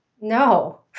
No